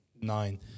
nine